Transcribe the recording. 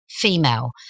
female